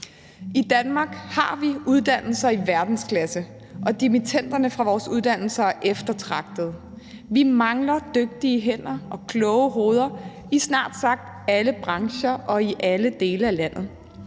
I Danmark har vi uddannelser i verdensklasse, og dimittenderne fra vores uddannelser er eftertragtede. Vi mangler dygtige hænder og kloge hoveder i snart sagt alle brancher og i alle dele af landet,